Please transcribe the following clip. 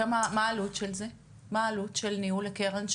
מה העלות של ניהול הקרן,